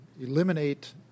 eliminate